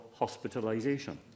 hospitalisation